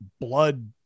blood